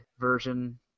version